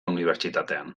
unibertsitatean